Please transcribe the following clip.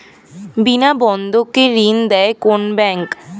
বিনা বন্ধক কে ঋণ দেয় কোন ব্যাংক?